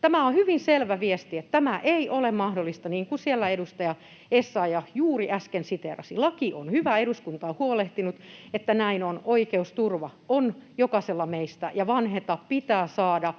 Tämä on hyvin selvä viesti, että tämä ei ole mahdollista, niin kuin siellä edustaja Essayah juuri äsken siteerasi. Laki on hyvä, eduskunta on huolehtinut, että näin on. Oikeusturva on jokaisella meistä, ja vanheta pitää saada